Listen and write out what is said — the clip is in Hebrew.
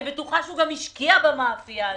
אני בטוחה שהוא גם השקיע במאפייה הזאת.